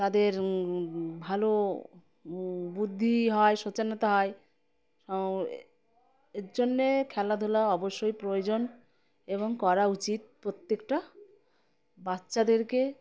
তাদের ভালো বুদ্ধি হয় সচেতনতা হয় এর জন্যে খেলাধুলা অবশ্যই প্রয়োজন এবং করা উচিত প্রত্যেকটা বাচ্চাদেরকে